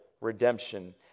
redemption